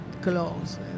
close